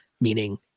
meaning